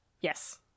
Yes